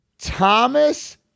Thomas